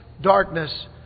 darkness